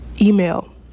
Email